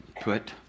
put